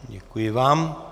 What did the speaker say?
Děkuji vám.